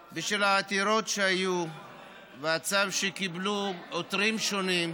15 במאי 2017. בשל העתירות שהיו והצו שקיבלו עותרים שונים,